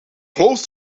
close